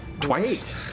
twice